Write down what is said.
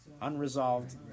Unresolved